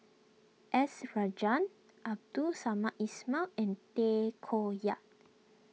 S Rajendran Abdul Samad Ismail and Tay Koh Yat